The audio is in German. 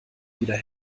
wieder